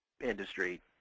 industry